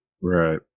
Right